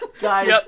Guys